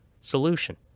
solution